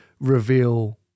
reveal